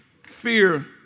Fear